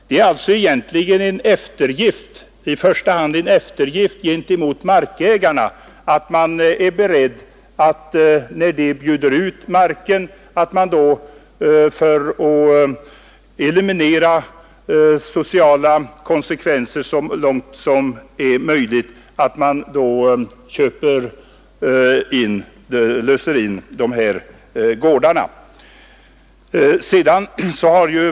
När man för att eliminera sociala konsekvenser så långt som är möjligt är beredd att lösa in utbjudna gårdar, är detta i första hand en eftergift gentemot markägarna.